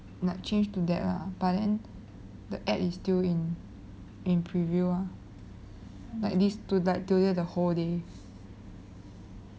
like change to that lah but then the ad is still in in preview ah like this two died during the whole day